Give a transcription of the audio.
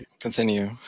continue